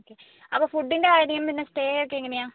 ആ ഓക്കെ അപ്പം ഫുഡിന്റെ കാര്യം പിന്നെ സ്റ്റേ ഒക്കെ എങ്ങനെയാ